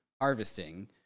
harvesting